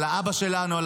על האבא שלנו,